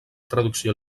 traducció